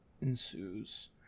ensues